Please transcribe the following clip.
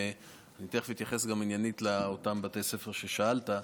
אני תכף אתייחס עניינית לגבי בתי הספר שעליהם שאלת,